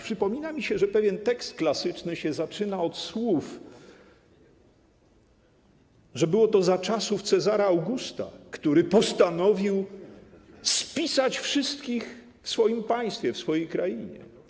Przypomina mi się, że pewien tekst klasyczny się zaczyna od słów, że było to za czasów cezara Augusta, który postanowił spisać wszystkich w swoim państwie, w swojej krainie.